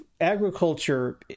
agriculture